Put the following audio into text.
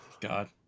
God